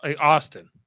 Austin